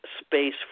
Space